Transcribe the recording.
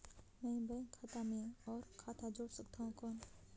मैं बैंक खाता मे और खाता जोड़ सकथव कौन?